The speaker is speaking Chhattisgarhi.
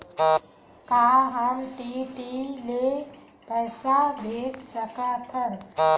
का हम डी.डी ले पईसा भेज सकत हन?